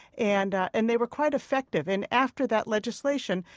and and they were quite effective. and after that legislation,